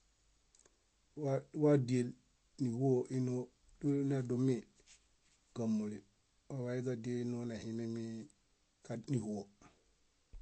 Wádiel níɦuo éno dúlu dúlu minedumi kámuli waḃayuźa díel énoo nehimemi níɦuo.